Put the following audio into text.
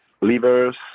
Livers